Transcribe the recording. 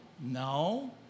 no